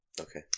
Okay